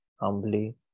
humbly